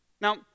Now